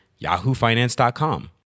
YahooFinance.com